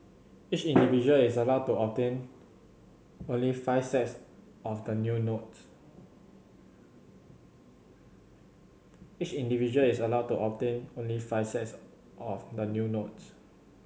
each individual is allowed to obtain only five sets of the new notes